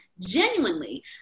genuinely